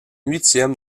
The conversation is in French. huitième